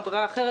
וברירה אחרת,